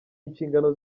inshingano